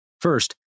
First